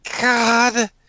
God